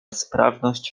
sprawność